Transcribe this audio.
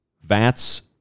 Vats